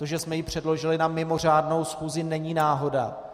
To, že jsme ji předložili na mimořádnou schůzi, není náhoda.